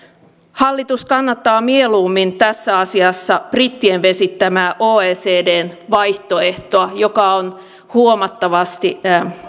hallitus kannattaa mieluummin tässä asiassa brittien vesittämää oecdn vaihtoehtoa joka on huomattavasti